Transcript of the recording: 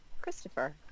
Christopher